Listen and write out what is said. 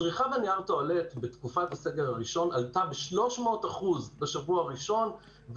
צריכת נייר הטואלט בתקופת הסגר הראשון עלתה ב-300% בשבוע הראשון,